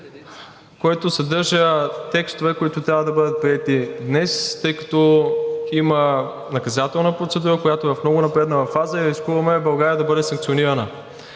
който съдържа текстове, които трябва да бъдат приети днес, тъй като има наказателна процедура, която е в много напреднала фаза, и рискуваме България да бъде санкционирана.